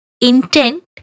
intent